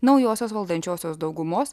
naujosios valdančiosios daugumos